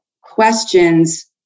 questions